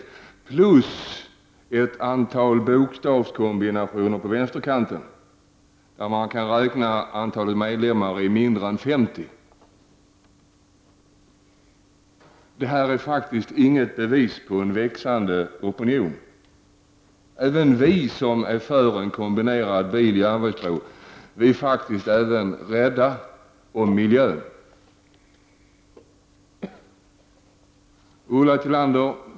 Därtill kommer ett antal partier på vänsterkanten, betecknade med olika bokstavskombinationer, vilkas medlemsantal är mindre än 50. Detta är faktiskt inget bevis på en växande opinion. Även vi som är för en kombinerad biloch järnvägsbro är faktiskt rädda om miljön.